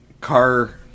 car